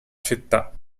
città